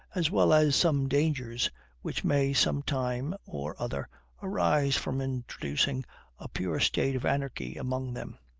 as well as some dangers which may some time or other arise from introducing a pure state of anarchy among them.